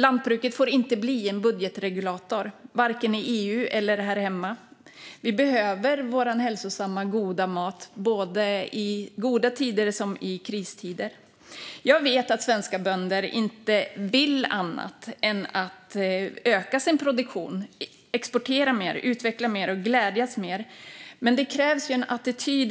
Lantbruket får inte bli en budgetregulator, varken i EU eller här hemma. Vi behöver vår hälsosamma goda mat både i goda tider och i kristider. Jag vet att svenska bönder inte vill annat än att öka sin produktion, exportera mer, utveckla mer och glädjas mer, men det krävs